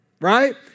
right